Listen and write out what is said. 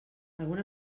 alguna